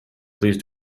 please